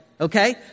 okay